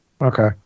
Okay